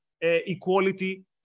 equality